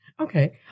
Okay